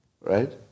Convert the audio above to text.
Right